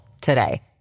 today